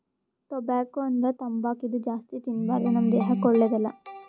tobacco ಅಂದ್ರ ತಂಬಾಕ್ ಇದು ಜಾಸ್ತಿ ತಿನ್ಬಾರ್ದು ನಮ್ ದೇಹಕ್ಕ್ ಒಳ್ಳೆದಲ್ಲ